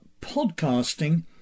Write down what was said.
podcasting